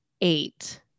eight